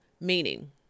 Meaning